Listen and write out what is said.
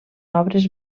obres